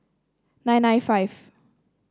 nine nine five